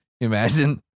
Imagine